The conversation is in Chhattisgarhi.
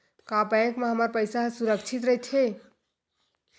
का बैंक म हमर पईसा ह सुरक्षित राइथे?